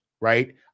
right